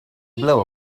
blow